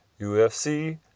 UFC